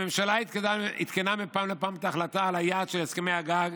הממשלה עדכנה מפעם לפעם את ההחלטה על היעד של הסכמי הגג.